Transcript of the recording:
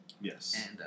yes